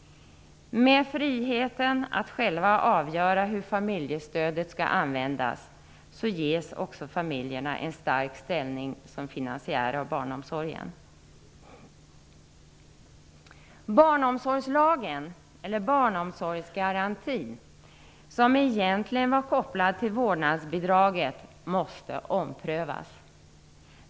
Med friheten att själva avgöra hur familjestödet skall användas ges också familjerna en stark ställning som finansiärer av barnomsorgen. Barnomsorgsgarantin, som egentligen var kopplad till vårdnadsbidraget, måste omprövas.